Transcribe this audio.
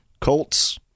Colts